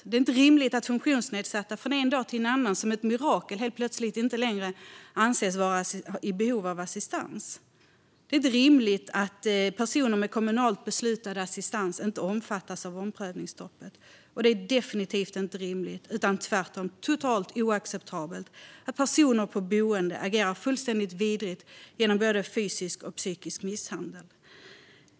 Det är inte rimligt att funktionsnedsatta från en dag till en annan, som genom ett mirakel, helt plötsligt inte längre anses vara i behov av assistans. Det är inte rimligt att personer med kommunalt beslutad assistans inte omfattas av omprövningsstoppet. Och det är definitivt inte rimligt, utan tvärtom totalt oacceptabelt, att personer på boenden agerar fullständigt vidrigt genom både fysisk och psykisk misshandel.